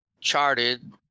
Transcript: charted